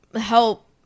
help